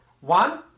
One